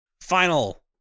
Final